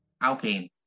Alpine